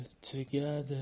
together